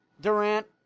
Durant